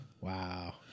Wow